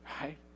Right